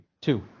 Two